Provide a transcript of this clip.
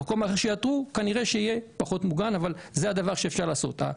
המקום הזה שיאתרו כנראה יהיה פחות מוגן אבל זה הדבר שאפשר לעשות.